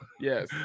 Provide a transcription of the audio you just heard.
Yes